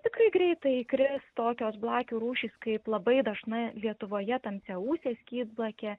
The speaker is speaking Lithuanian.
tikrai greitai įkris tokios blakių rūšys kaip labai dažna lietuvoje tamsiaūsė skydblakė